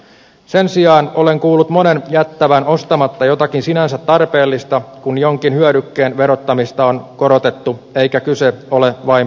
sen sijaan olen kuullut monen jättävän ostamatta jotakin sinänsä tarpeellista kun jonkin hyödykkeen verottamista on korotettu eikä kyse ole vain pienituloisista